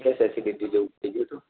gas acidity જેવું થઇ ગયું હતું